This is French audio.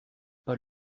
pas